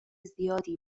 زیادی